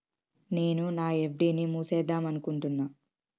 నేను నా ఎఫ్.డి ని మూసివేద్దాంనుకుంటున్న